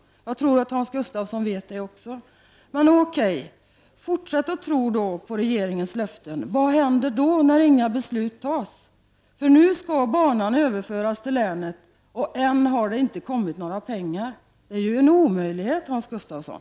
Jag tror att också Hans Gustafsson vet det. Men okej! Fortsätt att tro på regeringens löften! Vad händer när inga beslut fattas? Nu skall banan överföras till länet, och än har det inte kommit några pengar. Det är en omöjlighet, Hans Gustafsson.